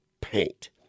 paint